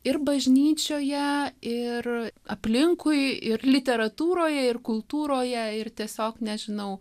ir bažnyčioje ir aplinkui ir literatūroje ir kultūroje ir tiesiog nežinau